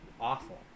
awful